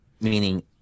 meaning